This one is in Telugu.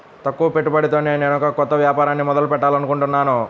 తక్కువ పెట్టుబడితో నేనొక కొత్త వ్యాపారాన్ని మొదలు పెట్టాలనుకుంటున్నాను